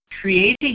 creating